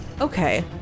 Okay